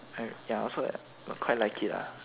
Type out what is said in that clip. like ya also like mm quite like it lah